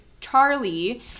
Charlie